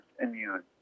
immune